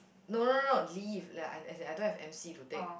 no no no leave like I as in I don't have m_c to take